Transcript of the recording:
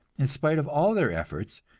in spite of all their efforts,